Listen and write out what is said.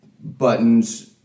buttons